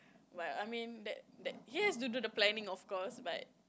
but I mean that that he has to do the planning of course but